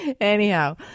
Anyhow